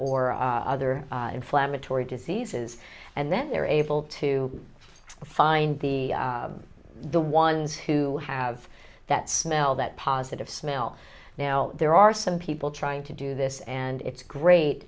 or other inflammatory diseases and then they're able to find the the ones who have that smell that positive smell now there are some people trying to do this and it's great